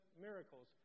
miracles